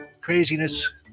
Craziness